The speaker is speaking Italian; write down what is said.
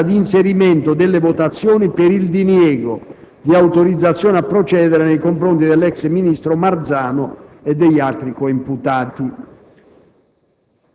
la data di inserimento delle votazioni per il diniego di autorizzazione a procedere nei confronti dell'ex ministro Marzano e degli altri coimputati.